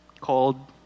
called